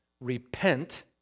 Repent